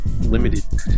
limited